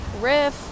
riff